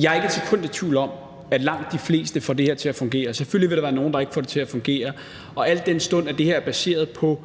Jeg er ikke et sekund i tvivl om, at langt de fleste får det her til at fungere. Selvfølgelig vil der være nogle, der ikke får det til at fungere. Al den stund det her er baseret på